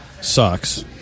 sucks